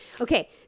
Okay